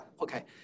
okay